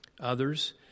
others